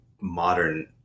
modern